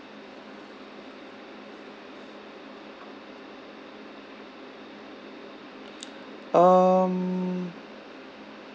um